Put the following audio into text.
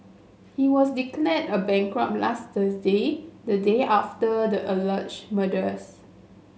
he was declared a bankrupt last Thursday the day after the alleged murders